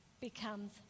becomes